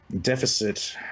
deficit